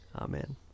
Amen